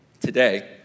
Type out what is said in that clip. today